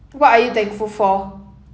what are you thankful for